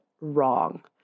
wrong